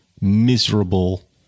miserable